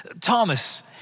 Thomas